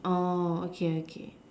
oh okay okay